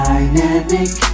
Dynamic